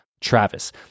Travis